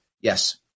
Yes